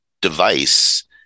device